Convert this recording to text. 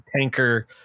tanker